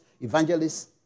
evangelists